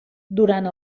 durant